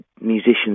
musicians